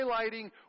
highlighting